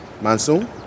Monsoon